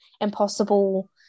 impossible